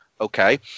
Okay